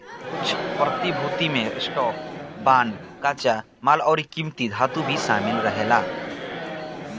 कुछ प्रतिभूति में स्टॉक, बांड, कच्चा माल अउरी किमती धातु भी शामिल रहेला